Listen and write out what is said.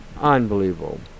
unbelievable